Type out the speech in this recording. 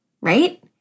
right